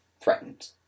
threatened